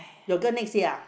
your girl next year